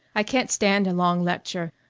i can't stand a long lecture.